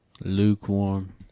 Lukewarm